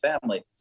family